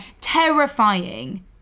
terrifying